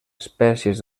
espècies